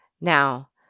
Now